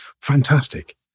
fantastic